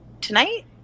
tonight